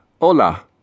Hola